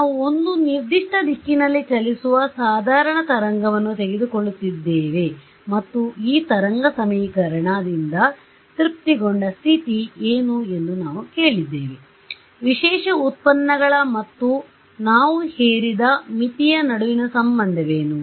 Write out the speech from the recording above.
ನಾವು ಒಂದು ನಿರ್ದಿಷ್ಟ ದಿಕ್ಕಿನಲ್ಲಿ ಚಲಿಸುವ ಸಾಧಾರಣ ತರಂಗವನ್ನು ತೆಗೆದುಕೊಳ್ಳಿದ್ದೇವೆ ಮತ್ತು ಈ ತರಂಗ ಸಮೀಕರಣದಿಂದ ತೃಪ್ತಿಗೊಂಡ ಸ್ಥಿತಿ ಏನು ಎಂದು ನಾವು ಕೇಳಿದ್ದೇವೆ ವಿಶೇಷ ಉತ್ಪನ್ನಗಳ ಮತ್ತು ನಾವು ಹೇರಿದ ಮಿತಿಯ ನಡುವಿನ ಸಂಬಂಧವೇನು